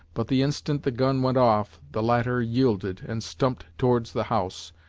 but the instant the gun went off, the latter yielded, and stumped towards the house,